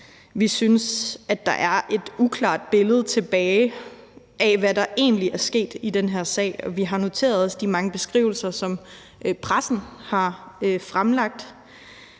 Vi synes, der står et uklart billede tilbage af, hvad der egentlig er sket i den her sag, og vi har noteret os de mange beskrivelser, som pressen har fremlagt.